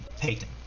payton